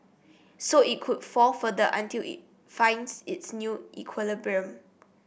so it could fall further until it finds its new equilibrium